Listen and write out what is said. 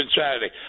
Saturday